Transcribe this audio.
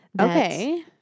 Okay